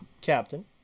captain